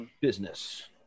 business